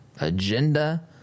agenda